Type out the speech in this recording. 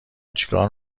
چیکار